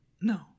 No